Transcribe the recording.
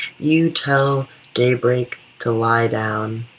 you tell daybreak to lie down.